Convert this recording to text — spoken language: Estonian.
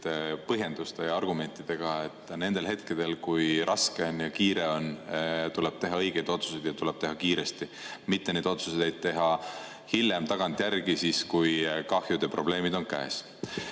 põhjenduste ja argumentidega, et nendel hetkedel, kui on raske ja on kiire, tuleb teha õigeid otsuseid ja tuleb teha kiiresti, mitte neid otsuseid teha hiljem, tagantjärgi, siis kui kahjude probleemid on käes.